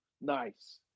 Nice